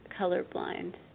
colorblind